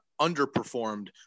underperformed